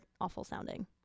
awful-sounding